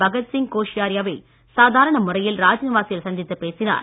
பகத்சிங் கோஷ்யாரியை சாதாரண முறையில் ராஜ்நிவாசில் சந்தித்து பேசினார்